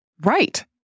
Right